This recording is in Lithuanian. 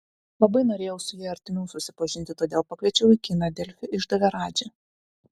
labai norėjau su ja artimiau susipažinti todėl pakviečiau į kiną delfi išdavė radži